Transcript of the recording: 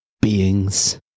beings